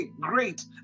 great